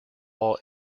all